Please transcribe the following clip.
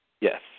Yes